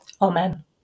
amen